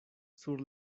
sur